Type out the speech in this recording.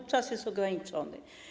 bo czas jest ograniczony.